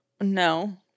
no